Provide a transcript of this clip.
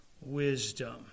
wisdom